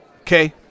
Okay